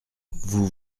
vous